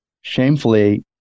shamefully